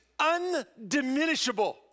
undiminishable